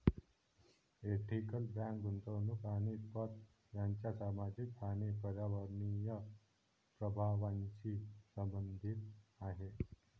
ethical bank गुंतवणूक आणि पत यांच्या सामाजिक आणि पर्यावरणीय प्रभावांशी संबंधित आहे